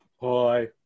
Hi